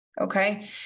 Okay